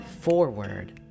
forward